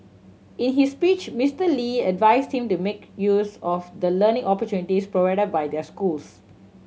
in his speech Mister Lee advised them to make use of the learning opportunities provided by their schools